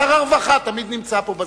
שר הרווחה תמיד נמצא פה בזמן.